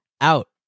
out